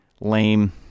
lame